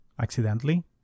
accidentally